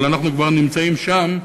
אבל אנחנו כבר נמצאים שם,